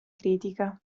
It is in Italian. critica